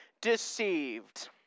deceived